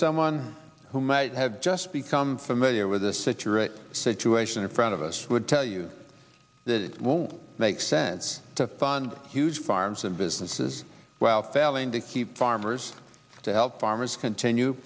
someone who might have just become familiar with the security situation in front of us would tell you that it won't make sense to fund huge farms and businesses while failing to keep farmers to help farmers continue